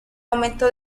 momento